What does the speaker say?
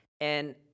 And-